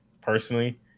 Personally